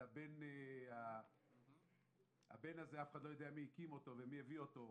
הבן הזה אף אחד לא יודע מי בדק אותו ומי הביא אותו,